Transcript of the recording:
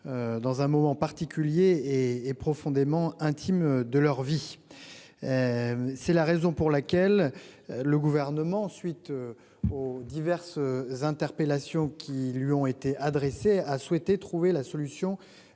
Dans un moment particulier et profondément intime de leur vie. C'est la raison pour laquelle. Le gouvernement suite. Oh diverses interpellations qui lui ont été adressées à souhaité trouver la solution